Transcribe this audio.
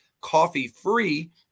coffee-free